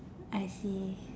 I see